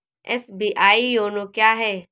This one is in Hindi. एस.बी.आई योनो क्या है?